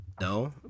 No